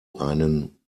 einen